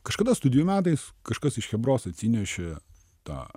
kažkada studijų metais kažkas iš chebros atsinešė tą